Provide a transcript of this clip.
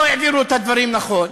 לא העביר לו את הדברים נכון,